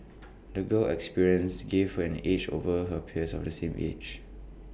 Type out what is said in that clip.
the girl's experiences gave her an edge over her peers of the same age